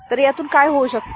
तर त्यातून काय होऊ शकते